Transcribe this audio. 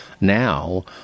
now